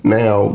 now